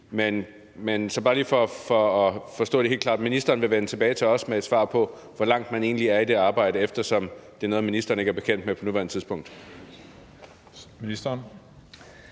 i. Så bare lige for at forstå det helt klart: Vil ministeren vende tilbage til os med et svar på, hvor langt man egentlig er med det arbejde, eftersom det er noget, ministeren ikke er bekendt med på nuværende tidspunkt?